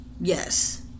yes